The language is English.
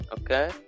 Okay